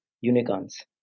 unicorns